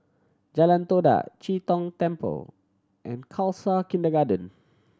Jalan Todak Chee Tong Temple and Khalsa Kindergarten